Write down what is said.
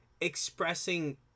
expressing